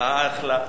אחלה.